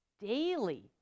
daily